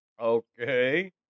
okay